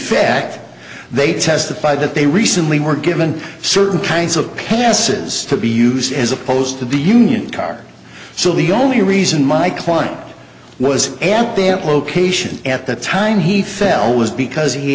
fact they testified that they recently were given certain kinds of passes to be used as opposed to the union card so the only reason my client was damp location at the time he fell was because he